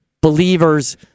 Believers